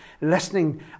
listening